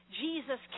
Jesus